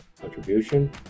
contribution